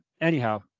Anyhow